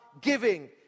giving